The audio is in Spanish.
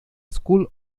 school